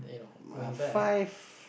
uh five